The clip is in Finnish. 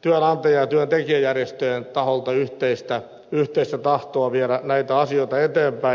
työnantaja ja työntekijäjärjestöjen taholta yhteistä tahtoa viedä näitä asioita eteenpäin